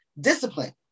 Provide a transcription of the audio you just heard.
discipline